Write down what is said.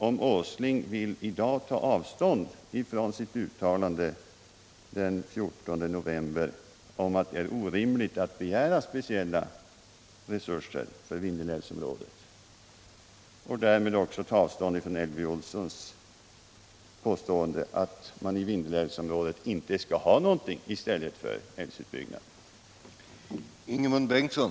om Nils Åsling i dag vill ta avstånd från sitt uttalande den 14 november om att det är orimligt att begära speciella resurser för Vindelälvsområdet, och därmed också ta avstånd från Elvy Olssons påstående att man i Vindelälvsområdet inte skall ha någonting i stället för älvutbyggnaden.